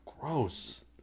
gross